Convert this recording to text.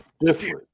different